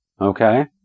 Okay